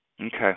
Okay